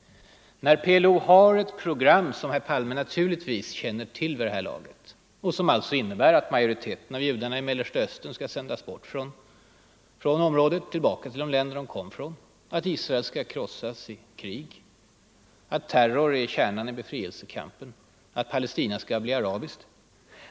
PLO har ju ett program, som herr Palme naturligtvis känner till vid det här laget, och som innebär att majoriteten av judarna i Mellersta Östern skall sändas bort från området tillbaka till de länder som de kom ifrån. PLO anser att Israel skall krossas i krig, att terror är kärnan i befrielsekampen, att Palestina skall bli arabiskt.